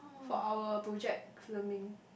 for our project filming